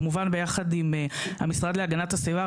כמובן ביחד עם המשרד להגנת הסביבה,